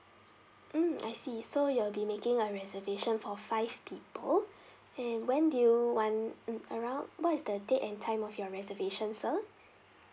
mm I see so you'll be making a reservation for five people and when did you want mm around what is the date and time of your reservation sir